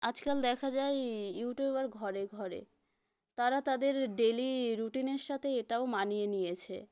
আজকাল দেখা যায় ইইউটিউবার ঘরে ঘরে তারা তাদের ডেলি রুটিনের সথে এটাও মানিয়ে নিয়েছে